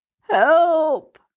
Help